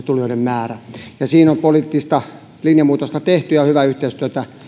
tulijoiden määrä on romahtanut siinä on poliittista linjamuutosta tehty ja hyvää yhteistyötä